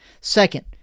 Second